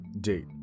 Date